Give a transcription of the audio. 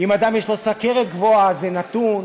אם אדם, יש לו סוכרת גבוהה, זה נתון,